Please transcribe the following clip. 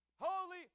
Holy